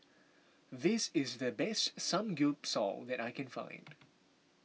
this is the best Samgyeopsal that I can find